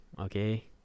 okay